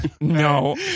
No